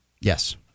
yes